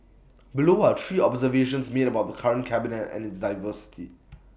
below are three observations made about the current cabinet and its diversity